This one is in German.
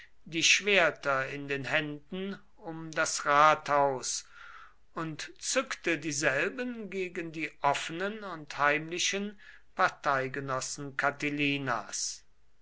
die schwerter in den händen um das rathaus und zückte dieselben gegen die offenen und heimlichen parteigenossen